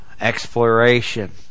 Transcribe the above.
exploration